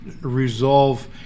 resolve